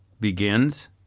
begins